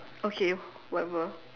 okay whatever